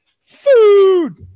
food